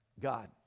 god